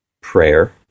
prayer